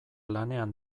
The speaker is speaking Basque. lanean